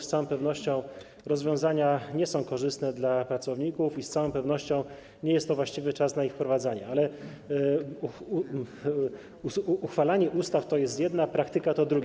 Z całą pewnością te rozwiązania nie są korzystne dla pracowników i z całą pewnością nie jest to właściwy czas na ich wprowadzanie, ale uchwalanie ustaw to jest jedno, a praktyka to drugie.